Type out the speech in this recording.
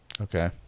Okay